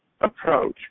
approach